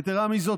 יתרה מזו,